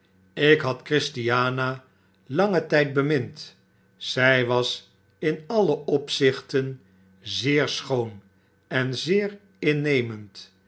ik had christiana langen tyd bemind zij was in alle opzichten zeer schoon en zeer innemend